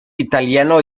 italiano